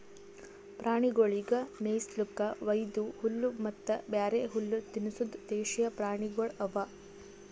ಪ್ರಾಣಿಗೊಳಿಗ್ ಮೇಯಿಸ್ಲುಕ್ ವೈದು ಹುಲ್ಲ ಮತ್ತ ಬ್ಯಾರೆ ಹುಲ್ಲ ತಿನುಸದ್ ದೇಶೀಯ ಪ್ರಾಣಿಗೊಳ್ ಅವಾ